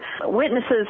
Witnesses